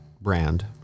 brand